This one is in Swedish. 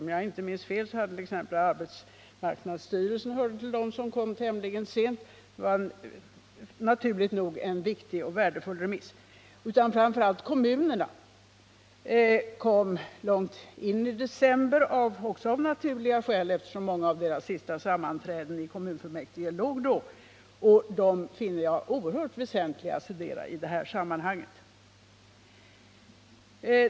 Om jag inte minns fel hörde arbetsmarknadsstyrelsen till dem som kom tämligen sent; det var naturligt nog en viktig och värdefull remiss. Framför allt kommunernas remissvar kom först långt in i december — också det av naturliga skäl, eftersom många kommuners sista sammanträden för året hölls då — och dem finner jag det naturligtvis oerhört väsentligt att studera i det här sammanhanget.